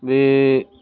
बे